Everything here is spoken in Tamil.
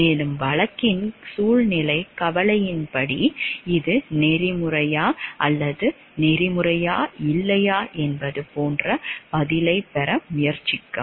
மேலும் வழக்கின் சூழ்நிலைக் கவலையின்படி இது நெறிமுறையா அல்லது நெறிமுறையா இல்லையா என்பது போன்ற பதிலைப் பெற முயற்சிக்கவும்